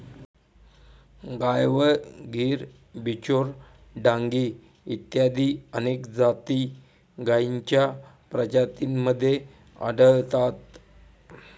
गायवळ, गीर, बिचौर, डांगी इत्यादी अनेक जाती गायींच्या प्रजातींमध्ये आढळतात